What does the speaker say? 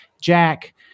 Jack